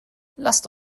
lasst